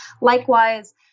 Likewise